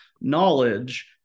knowledge